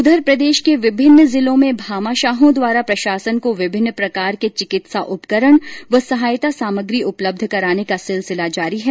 उधर प्रदेश के विभिन्न जिलों में भामाशाहों द्वारा प्रशासन को विभिन्न प्रकार के चिकित्सा उपकरण व सहायता सामग्री उपलब्ध कराने का सिलसिला जारी है